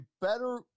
better